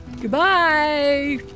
Goodbye